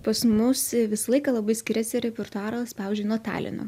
pas mus visą laiką labai skiriasi repertuaras pavyzdžiui nuo talino